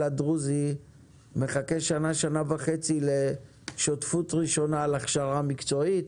הדרוזי מחכה שנה-שנה וחצי לשותפות ראשונה להכשרה מקצועית